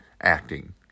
acting